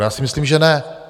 Já si myslím, že ne.